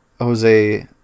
Jose